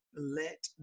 let